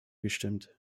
gestimmt